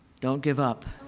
don't give up.